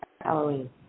Halloween